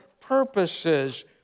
purposes